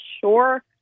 sure